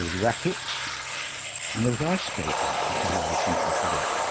rackets and there was ice-skating, which everybody seems to forget,